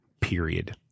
Period